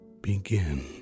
begin